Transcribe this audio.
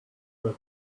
that